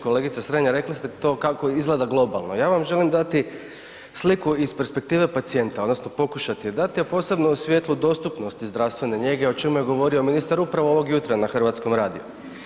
Kolegice Strenja, rekli ste to kako izgleda globalno, ja vam želim dati sliku iz perspektive pacijenta odnosno pokušati je dati, a posebno u svijetlu dostupnosti zdravstvene njege o čemu je govorio ministar upravo ovog jutra na hrvatskom radiju.